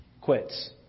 quits